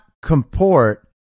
comport